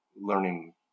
learning